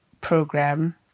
program